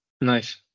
nice